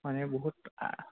মানে বহুত